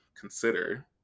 consider